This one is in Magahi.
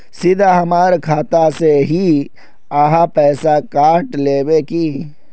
सीधा हमर खाता से ही आहाँ पैसा काट लेबे की?